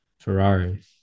Ferrari